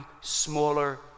smaller